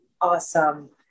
Awesome